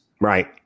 right